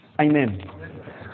Amen